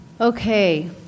Okay